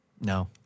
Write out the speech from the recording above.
No